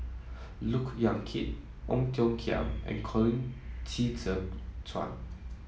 Look Yan Kit Ong Tiong Khiam and Colin Qi Zhe Quan